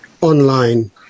Online